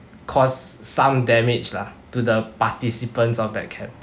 caused some damage lah to the participants of that camp